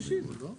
הישיבה ננעלה בשעה